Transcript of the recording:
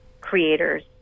creators